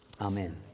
Amen